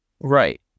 Right